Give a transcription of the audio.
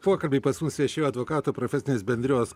pokalbį pas mus viešėjo advokatų profesinės bendrijos